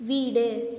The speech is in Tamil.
வீடு